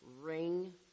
ring